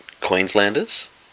Queenslanders